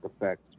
effects